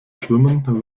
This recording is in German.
schwimmen